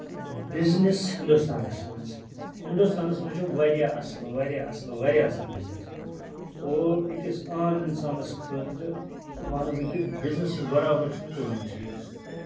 business ہِندُستانَس منٛز ہِندُستانَس منٛز چھُ واریاہ اَصٕل واریاہ اَصٕل واریاہ اصٕل بِزنِس اور أکِس عام اِنسانَس خٲطرٕ وَنہٕ بہٕ کہِ بِزنِسس برابر چھُنہٕ کٔہٕنۍ چیٖز